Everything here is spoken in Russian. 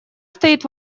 стоит